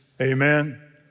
Amen